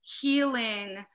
healing